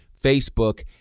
Facebook